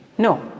No